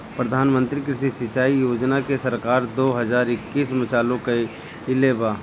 प्रधानमंत्री कृषि सिंचाई योजना के सरकार दो हज़ार इक्कीस में चालु कईले बा